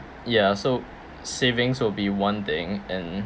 ya so savings will be one thing and